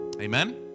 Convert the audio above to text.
Amen